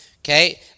okay